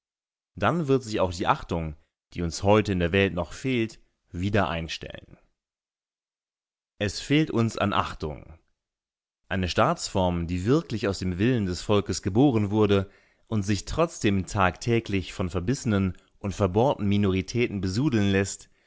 dann wird sich auch die achtung die uns heute in der welt noch fehlt wieder einstellen es fehlt uns an achtung eine staatsform die wirklich aus dem willen des volkes geboren wurde und sich trotzdem tagtäglich von verbissenen und verbohrten minoritäten besudeln läßt